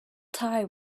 tie